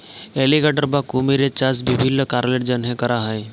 alligator বা কুমিরের চাষ বিভিল্ল্য কারলের জ্যনহে ক্যরা হ্যয়